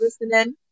listening